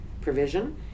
provision